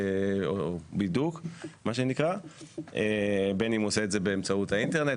בין אם הוא עושה את זה באמצעות האינטרנט